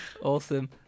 Awesome